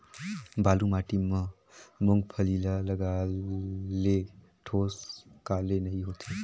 बालू माटी मा मुंगफली ला लगाले ठोस काले नइ होथे?